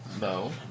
No